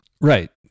Right